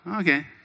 Okay